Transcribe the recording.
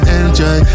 enjoy